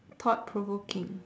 thought provoking